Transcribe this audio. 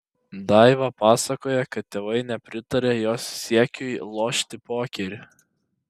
daiva pasakoja kad tėvai nepritarė jos siekiui lošti pokerį